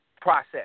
process